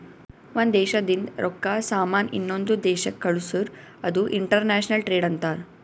ಒಂದ್ ದೇಶದಿಂದ್ ರೊಕ್ಕಾ, ಸಾಮಾನ್ ಇನ್ನೊಂದು ದೇಶಕ್ ಕಳ್ಸುರ್ ಅದು ಇಂಟರ್ನ್ಯಾಷನಲ್ ಟ್ರೇಡ್ ಅಂತಾರ್